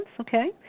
okay